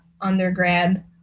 undergrad